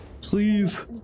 please